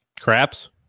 Craps